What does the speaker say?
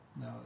No